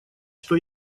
что